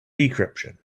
decryption